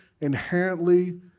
inherently